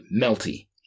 melty